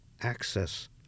access